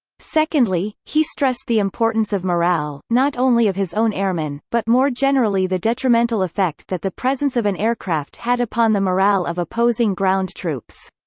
secondly, he stressed the importance of morale, not only of his own airmen, but more generally the detrimental effect that the presence of an aircraft had upon the morale of opposing ground troops.